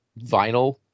vinyl